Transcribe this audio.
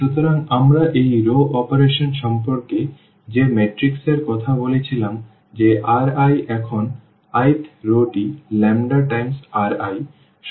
সুতরাং আমরা এই রও অপারেশন সম্পর্কে যে ম্যাট্রিক্স এর কথা বলেছিলাম যে Ri এখন i th রওটি ল্যাম্বডা টাইমস Ri